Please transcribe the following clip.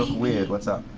weird. what's up?